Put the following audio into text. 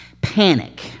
panic